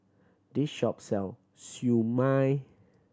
this shop sell Siew Mai